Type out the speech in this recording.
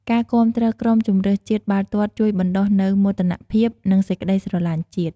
ការគាំទ្រក្រុមជម្រើសជាតិបាល់ទាត់ជួយបណ្តុះនូវមោទនភាព និងសេចក្តីស្រលាញ់ជាតិ។